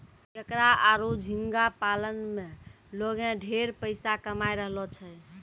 केकड़ा आरो झींगा पालन में लोगें ढेरे पइसा कमाय रहलो छै